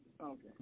Okay